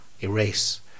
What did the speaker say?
erase